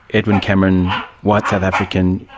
edwin cameron, white south african,